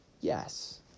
yes